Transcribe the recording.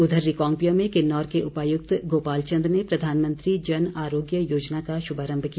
उधर रिकांगपिओ में किन्नौर के उपायुक्त गोपाल चंद ने प्रधानमंत्री जन आरोग्य योजना का शुभारम्म किया